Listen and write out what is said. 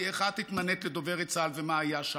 איך את התמנית לדוברת צה"ל ומה היה שם.